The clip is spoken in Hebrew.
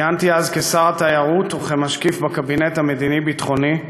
כיהנתי אז כשר התיירות וכמשקיף בקבינט המדיני-ביטחוני,